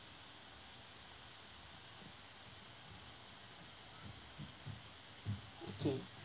okay